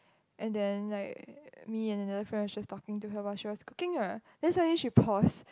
and then like me and another friend was talking to her about she was cooking ah that's why we should pause